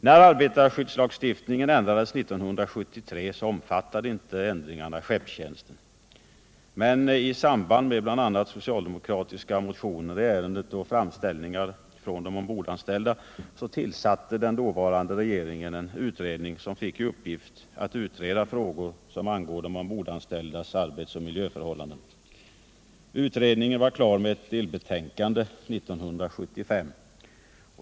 Närarbetarskyddslagstiftningen ändrades 1973 omfattade inte ändringarna skeppstjänsten. Men mot bakgrund av bl.a. socialdemokratiska motioner i ärendet och framställningar från de ombordanställda tillsatte den dåvarande regeringen en utredning som fick i uppgift att se över de frågor som angår de ombordanställdas arbets och miljöförhållanden. Utredningen var klar med ett delbetänkande 1975.